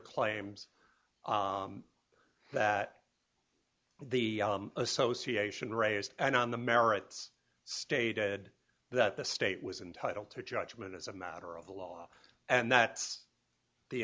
claims that the association raised and on the merits stated that the state was entitle to a judgment as a matter of the law and that's the